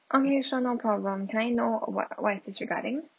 okay sure no problem can I know what what is this regarding